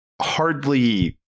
hardly